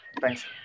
Thanks